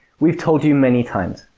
we've told you many times.